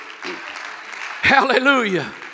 hallelujah